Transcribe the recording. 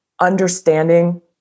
understanding